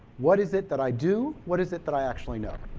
what is it that i do? what is it that i actually know?